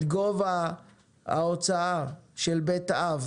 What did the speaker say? את הגובה ההוצאה של בית אב